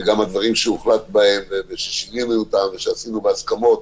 וגם הדברים שהוחלט בהם וששינינו אותם ושעשינו בהסכמות